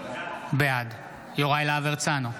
בעד יוראי להב הרצנו,